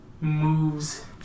moves